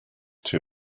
too